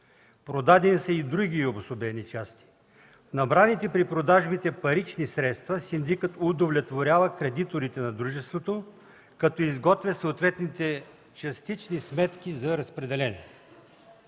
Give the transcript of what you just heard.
Продадени са и други обособени части. С набраните при продажбите парични средства синдикат удовлетворява кредиторите на дружеството, като изготвя съответните частични сметки за разпределение.